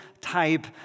type